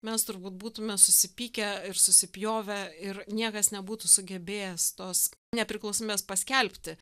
mes turbūt būtume susipykę ir susipjovę ir niekas nebūtų sugebėjęs tos nepriklausomybės paskelbti